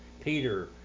Peter